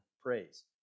praise